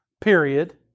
period